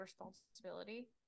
responsibility